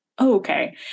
Okay